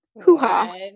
hoo-ha